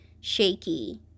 shaky